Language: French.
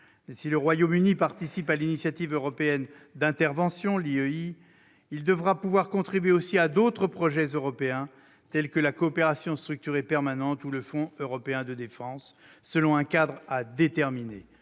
Si le Royaume-Uni participe à l'Initiative européenne d'intervention, l'IEI, il faudra qu'il puisse contribuer aussi à d'autres projets européens, tels que la coopération structurée permanente ou le Fonds européen de défense, selon un cadre à déterminer.